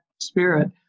spirit